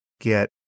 get